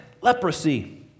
leprosy